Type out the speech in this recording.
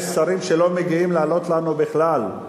יש שרים שלא מגיעים לענות לנו בכלל.